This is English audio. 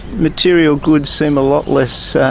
material goods seem a lot less